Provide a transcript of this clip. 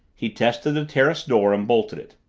he tested the terrace door and bolted it.